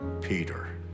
Peter